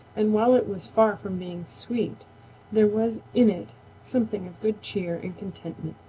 and while it was far from being sweet there was in it something of good cheer and contentment.